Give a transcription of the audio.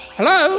Hello